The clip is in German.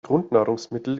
grundnahrungsmittel